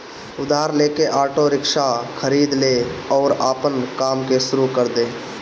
उधार लेके auto rickshaw खरीद लअ अउरी आपन काम के शुरू कर दअ